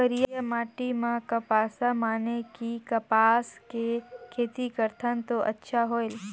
करिया माटी म कपसा माने कि कपास के खेती करथन तो अच्छा होयल?